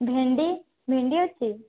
ଭେଣ୍ଡି ଭେଣ୍ଡି ଅଛି